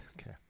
Okay